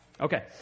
Okay